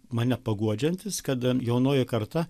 mane paguodžiantis kad jaunoji karta